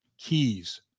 Keys